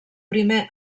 primer